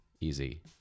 easy